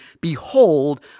behold